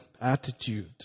attitude